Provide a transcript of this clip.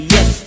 Yes